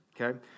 okay